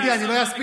דודי, אני לא אספיק.